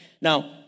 Now